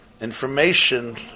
Information